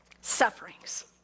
Sufferings